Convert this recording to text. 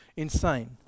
Insane